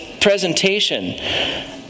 presentation